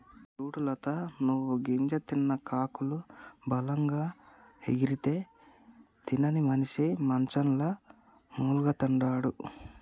సూడు లత నువ్వు గింజ తిన్న కాకులు బలంగా ఎగిరితే తినని మనిసి మంచంల మూల్గతండాడు